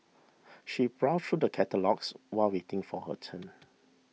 she browsed through the catalogues while waiting for her turn